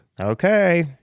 Okay